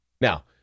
Now